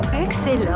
excellent